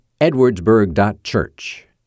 edwardsburg.church